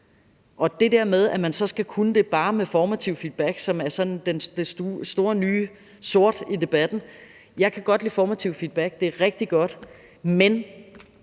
til det der med, at man så skal kunne sørge for det bare med formativ feedback, som sådan er det store nye sort i debatten, vil jeg sige, at jeg godt kan lide formativ feedback. Det er rigtig godt, og